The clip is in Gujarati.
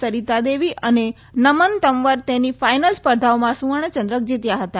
સરીતાદેવી અને નમન તંવર તેની ફાઈનલ સ્પર્ધાઓમાં સુવર્ણ ચંદ્રક જીત્યા હતા